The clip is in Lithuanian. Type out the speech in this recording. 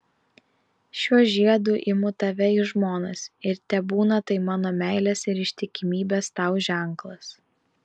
šiuo žiedu imu tave į žmonas ir tebūna tai mano meilės ir ištikimybės tau ženklas